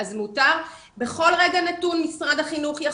שיידע לנהל את זה ברמת הרשות המקומית וגם